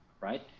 right